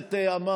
אדלשטיין.